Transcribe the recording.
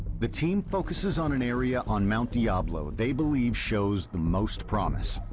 the team focuses on an area on mount diablo they believe shows the most promise